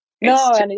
No